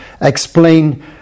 explain